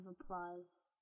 applause